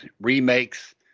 remakes